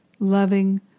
loving